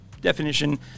definition